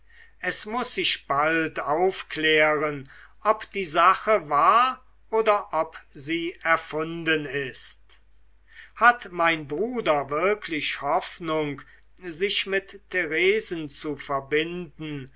es muß sich bald aufklären ob die sache wahr oder ob sie erfunden ist hat mein bruder wirklich hoffnung sich mit theresen zu verbinden